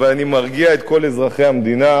אבל אני מרגיע את כל אזרחי המדינה.